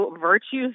virtues